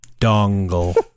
Dongle